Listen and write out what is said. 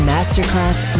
Masterclass